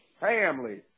family